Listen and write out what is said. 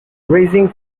raising